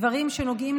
דברים שנוגעים,